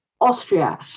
Austria